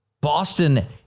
Boston